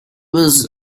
was